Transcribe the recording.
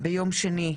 ביום שני,